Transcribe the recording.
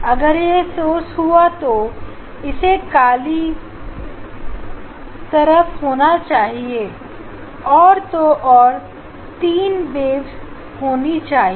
अगर यह सोर्स हुआ तो इसे काली तरफ होना चाहिए और तो और तीन बेब्स होनी चाहिए